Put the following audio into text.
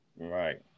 Right